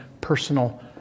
personal